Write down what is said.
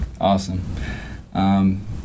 Awesome